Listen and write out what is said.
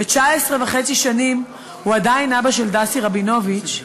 19 וחצי שנים והוא עדיין אבא של דסי רבינוביץ,